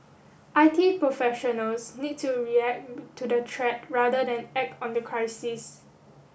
I T professionals need to react to the threat rather than act on the crisis